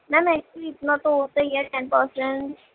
میم ایسے بھی اتنا تو ہوتا ہی ہے ٹین پرسینٹ